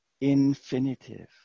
infinitive